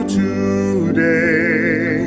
today